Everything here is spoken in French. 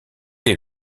est